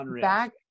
back